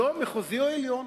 שלום, מחוזי או עליון.